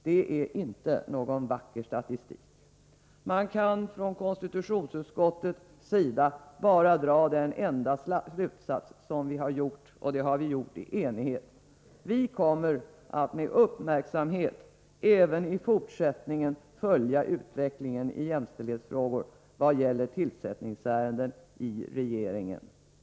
Det är inte någon vacker statistik. Man kan från konstitutionsutskottets sida bara dra den slutsats vi har gjort, och det har vi gjort i enighet. Vi kommer att med uppmärksamhet även i fortsättningen följa utvecklingen i jämställdhetsfrågor när det gäller tillsättningsärenden i regeringen.